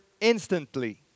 instantly